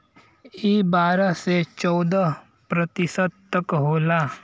ई बारह से चौदह प्रतिशत तक होला